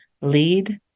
lead